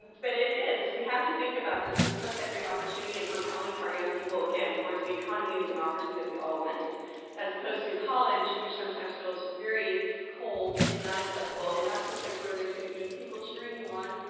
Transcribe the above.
but it is. we have to think about this as post-secondary opportunity and propelling our young people, again, towards the economy and democracy that we all want as opposed to college, which sometimes feels very cold and not accessible and not some place where there's going to be people cheering you on,